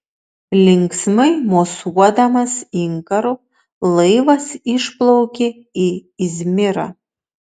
linksmai mosuodamas inkaru laivas išplaukė į izmirą